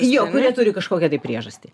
jo kurie turi kažkokią tai priežastį